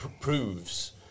proves